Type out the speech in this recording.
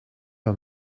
her